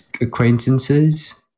acquaintances